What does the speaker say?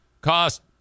cost